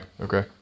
okay